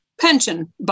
pension